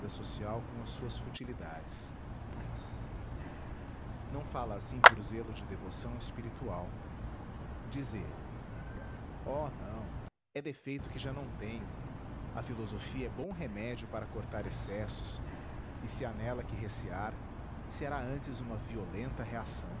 social com as suas futilidades não fala assim por zelo de devoção espiritual diz ele oh não é defeito que já não tenho a filosofia é bom remédio para cortar excessos e se há nela que recear será antes uma violenta reação